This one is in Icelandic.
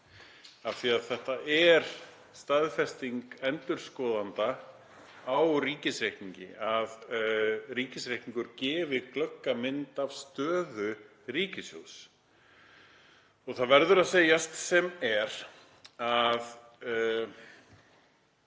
af því þetta er staðfesting endurskoðanda á ríkisreikningi, að ríkisreikningur gefi glögga mynd af stöðu ríkissjóðs. Það verður að segjast sem er að